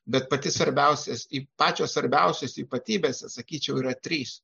bet pati svarbiausias pačios svarbiausios ypatybės sakyčiau yra trys